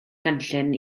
gynllun